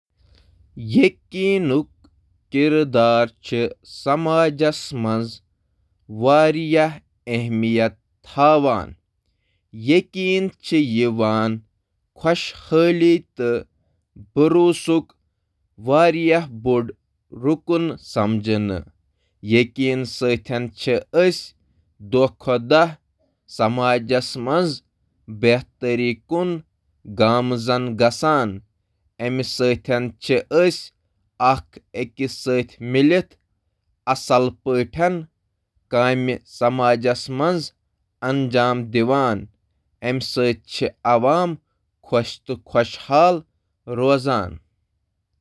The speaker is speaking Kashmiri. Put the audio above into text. اعتماد چُھ معاشرُک اکھ بنیٲدی حصہٕ، تہٕ زندگی کین واریاہن پہلون منز چُھ اہم کردار ادا کران، یتھ منز شٲمل: تعلقاتن ہنٛز تعمیر: تعاون، سمأجی ہم آہنگی، معاشی ترقی تہٕ معاشرس چِھ یکوٹہٕ پابند کران۔